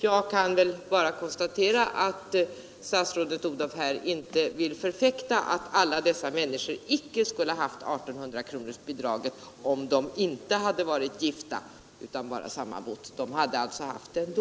Jag kan väl bara konstatera att statsrådet Odhnoff här inte vill förfäkta att alla dessa familjer icke skulle haft I 800-kronorsbidraget om de inte hade varit gifta utan bara sammanbott. De hade alltså haft det ändå.